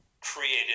created